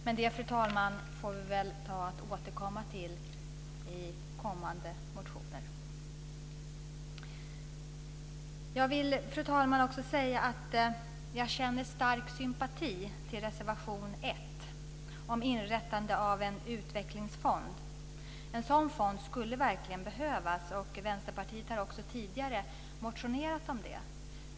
Men det, fru talman, får vi återkomma till i kommande motioner. Fru talman! Jag känner stark sympati för reservation 1, om inrättandet av en utvecklingsfond. En sådan fond skulle verkligen behövas. Vänsterpartiet har också tidigare motionerat om det.